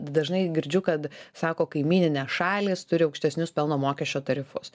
dažnai girdžiu kad sako kaimyninės šalys turi aukštesnius pelno mokesčio tarifus